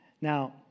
Now